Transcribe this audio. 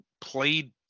played